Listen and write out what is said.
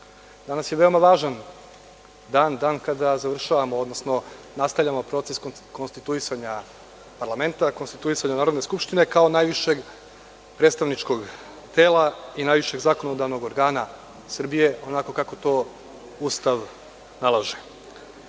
rad. Danas je veoma važan dan, dan kada završavamo, odnosno nastavljamo proces konstituisanja parlamenta, konstituisanja Narodne skupštine kao najvišeg predstavničkog tela i najvišeg zakonodavnog organa Srbije, onako kako to Ustav nalaže. Izbor